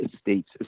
states